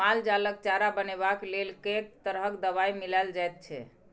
माल जालक चारा बनेबाक लेल कैक तरह दवाई मिलाएल जाइत छै